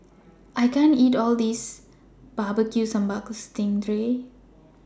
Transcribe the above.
I can't eat All of This Barbecue Sambal Sting Ray